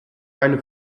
eine